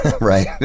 right